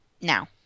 Now